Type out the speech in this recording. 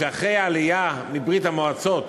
שאחרי העלייה מברית-המועצות,